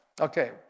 Okay